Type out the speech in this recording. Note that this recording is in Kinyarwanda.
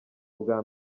ubwa